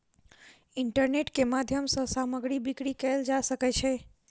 internet के माध्यम सॅ सामग्री बिक्री कयल जा सकै छै